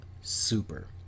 Super